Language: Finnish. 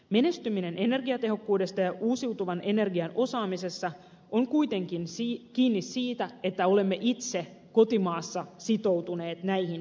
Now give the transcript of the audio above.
menestyminen energiatehokkuudessa ja uusiutuvan energian osaamisessa on kuitenkin kiinni siitä että olemme itse kotimaassa sitoutuneet näihin päämääriin